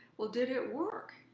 well did it work?